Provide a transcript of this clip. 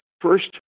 first